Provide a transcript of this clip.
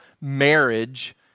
marriage